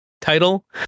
title